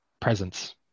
presence